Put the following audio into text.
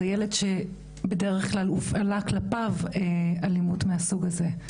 זה ילד שבדרך כלל הופעלה כלפיו אלימות מהסוג הזה.